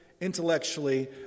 intellectually